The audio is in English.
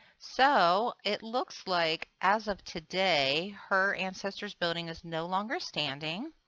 so it looks like as of today, her ancestor's building is no longer standing.